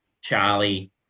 Charlie